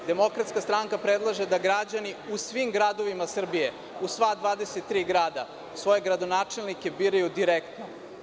Demokratska stranka predlaže da građani u svim gradovima Srbije, u sva 23 grada svoje gradonačelnike biraju direktno.